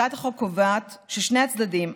הצעת החוק קובעת ששני הצדדים,